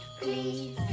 please